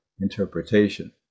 interpretation